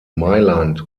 mailand